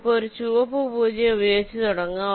നമുക്ക് ഒരു ചുവപ്പ് 0 ഉപയോഗിച്ച് തുടങ്ങാം